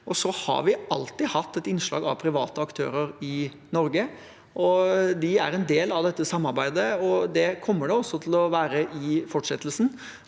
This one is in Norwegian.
Så har vi alltid hatt et innslag av private aktører i Norge. De er en del av dette samarbeidet, og det kommer de også til å være i fortsettelsen.